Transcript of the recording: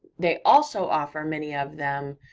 they also offer, many of them,